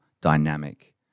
dynamic